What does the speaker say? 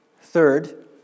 Third